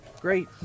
Great